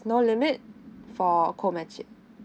no limit for a co mataching